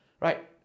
Right